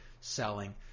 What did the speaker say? selling